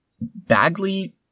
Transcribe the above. Bagley